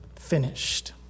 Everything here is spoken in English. finished